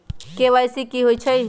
KYC कि होई छई?